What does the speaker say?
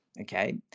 okay